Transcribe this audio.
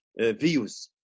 views